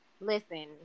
Listen